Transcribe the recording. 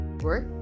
work